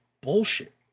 bullshit